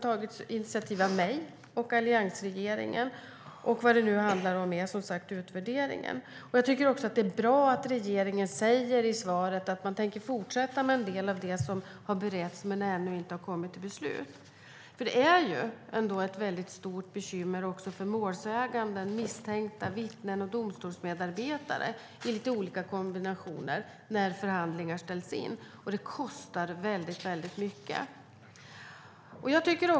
Jag och alliansregeringen har tagit initiativ. Nu handlar det som sagt om utvärderingen. Det är bra att regeringen säger att de tänker fortsätta med en del av det som har beretts men som inte har kommit till beslut ännu. Det är ändå ett stort bekymmer för målsäganden, misstänkta, vittnen och domstolsmedarbetare, i lite olika kombinationer, när förhandlingar ställs in. Och det kostar väldigt mycket.